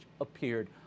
appeared